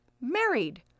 married